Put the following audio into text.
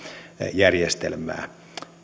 järjestelmää